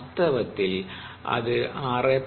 വാസ്തവത്തിൽ അത് 6